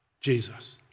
Jesus